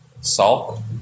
Salt